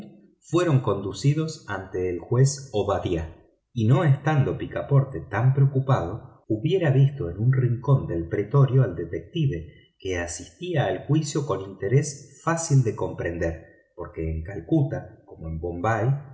fueron conducidos ante el juez obadiah y no estando picaporte tan preocupado hubiera visto en un rincón del pretorio al detective que asistía al juicio con interés fácil de comprender porque en calcuta como en bombay